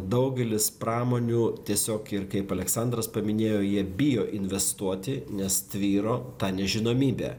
daugelis pramonių tiesiog ir kaip aleksandras paminėjo jie bijo investuoti nes tvyro ta nežinomybė